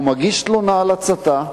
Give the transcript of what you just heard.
הוא מגיש תלונה על הצתה,